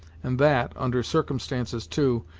and that under circumstances, too,